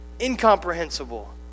incomprehensible